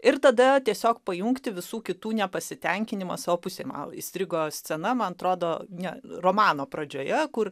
ir tada tiesiog pajungti visų kitų nepasitenkinimą savo pusėn man įstrigo scena man atrodo ne romano pradžioje kur